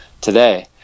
today